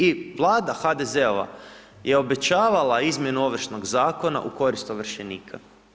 I Vlada HDZ-ova je obećavala izmjenu Ovršnog zakona u korist ovršenika.